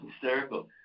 hysterical